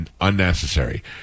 Unnecessary